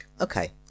Okay